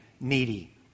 needy